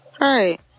Right